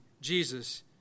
Jesus